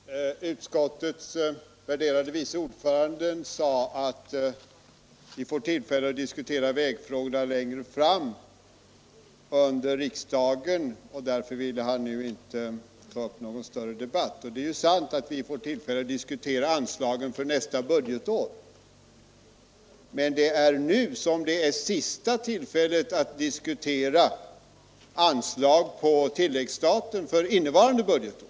Herr talman! Utskottets värderade vice ordförande sade att vi får tillfälle att diskutera vägfrågorna längre fram under riksdagen, och därför ville han inte nu ta upp någon större debatt. Det är ju sant att vi får tillfälle att diskutera anslagen för nästa budgetår, men det är nu vi har det sista tillfället att diskutera anslag på tilläggsstat för innevarande budgetår.